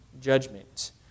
judgment